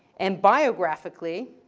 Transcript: and biographically,